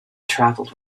travelled